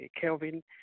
Kelvin